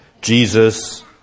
Jesus